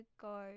go